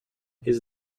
his